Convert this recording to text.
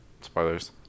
Spoilers